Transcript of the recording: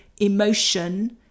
emotion